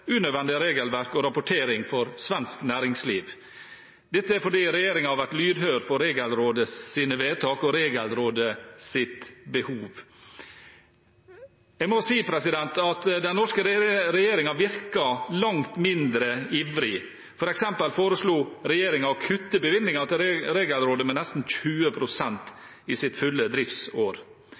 unødvendige regelverk og rapportering for svensk næringsliv. Dette er fordi regjeringen har vært lydhør for Regelrådets vedtak og behov. Jeg må si at den norske regjeringen virker langt mindre ivrig. For eksempel foreslo regjeringen å kutte bevilgningen til Regelrådet med nesten 20 pst. i deres fulle driftsår.